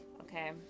okay